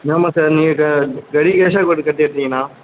ஆமாம் சார் நீங்கள் ரெடி கேஷாக கொடுத்துட்டு எடுத்தீங்கன்னா